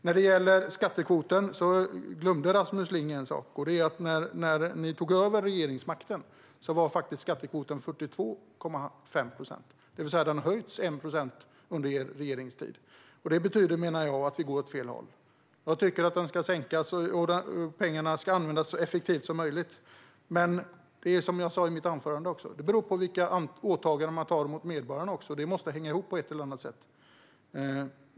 När det gäller skattekvoten glömde Rasmus Ling en sak, och det är att när ni tog över regeringsmakten var skattekvoten 42,5 procent, det vill säga att den har höjts 1 procent under er regeringstid. Det betyder, menar jag, att vi går åt fel håll. Jag tycker att den ska sänkas och att pengarna ska användas så effektivt som möjligt, men som jag sa i mitt anförande beror det på vilka åtaganden man har mot medborgarna. Det måste hänga ihop på ett eller annat sätt.